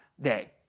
day